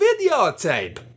videotape